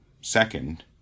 second